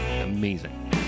amazing